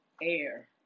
air